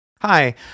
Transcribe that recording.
Hi